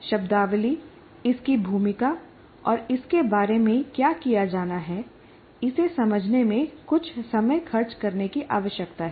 शब्दावली इसकी भूमिका और इसके बारे में क्या किया जाना है इसे समझने में कुछ समय खर्च करने की आवश्यकता है